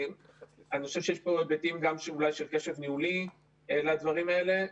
אני חושב שיש פה היבטים אולי גם של קשב ניהולי לדברים האלה.